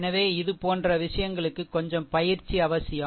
எனவே இதுபோன்ற விஷயங்களுக்கு கொஞ்சம் பயிற்சி அவசியம்